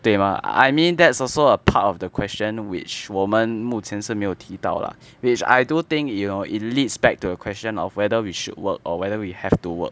对 mah I mean that's also a part of the question which 我们目前是没有提到 lah which I do think you know it leads back to the question of whether we should work or whether we have to work